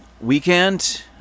weekend